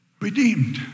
Redeemed